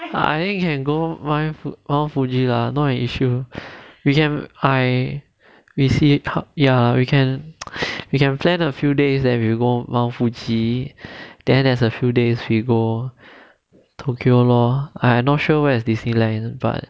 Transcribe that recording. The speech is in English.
I think can go why mount fuji lah not an issue you can I we see ya we can we can plan a few days and we go mount fuji then as a few days we go tokyo lor I not sure where is disneyland but